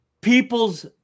people's